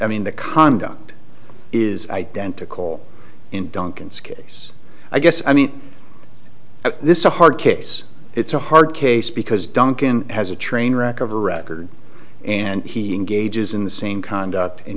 i mean the conduct is identical in duncan's case i guess i mean this is a hard case it's a hard case because duncan has a train wreck of a record and he engages in the same conduct and